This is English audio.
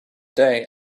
day